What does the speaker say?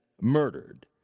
murdered